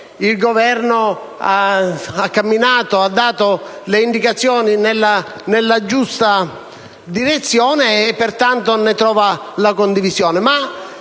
il Governo ha dato le indicazioni nella giusta direzione e pertanto trova condivisione.